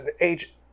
age